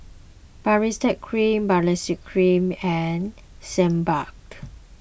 Baritex Cream Baritex Cream and Sebamed